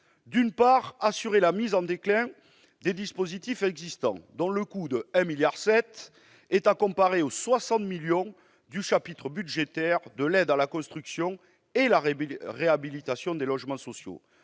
d'une part, assurer la mise en déclin des dispositifs existants dont le coût de 1,7 milliard d'euros est à comparer aux 60 millions d'euros du chapitre budgétaire de l'aide à la construction et à la réhabilitation de logements sociaux